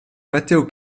matteo